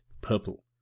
purple